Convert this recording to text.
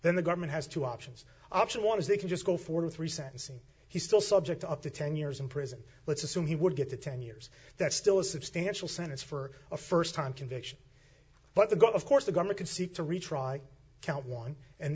then the government has two options option one is they can just go for three sentencing he's still subject to up to ten years in prison let's assume he would get to ten years that's still a substantial sentence for a st time conviction but the goal of course the governor could seek to retry count one and